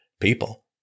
people